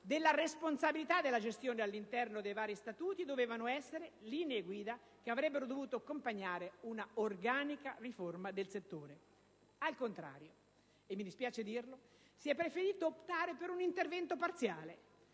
della responsabilità della gestione all'interno dei vari statuti dovevano essere le linee guida che avrebbero dovuto accompagnare un'organica riforma del settore. Al contrario, mi dispiace dirlo, si è preferito optare per un intervento parziale.